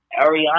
Ariana